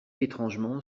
étrangement